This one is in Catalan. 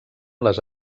les